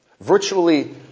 Virtually